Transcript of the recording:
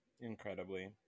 Incredibly